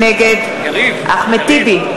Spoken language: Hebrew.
נגד אחמד טיבי,